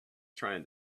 trying